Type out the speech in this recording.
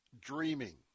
dreaming